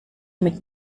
mit